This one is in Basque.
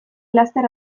laster